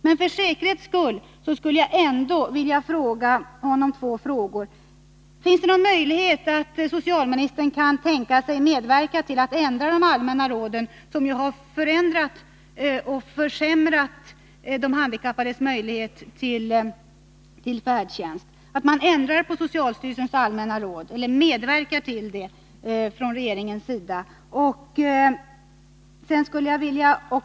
Men för säkerhets skull vill jag ändå ställa två frågor till honom.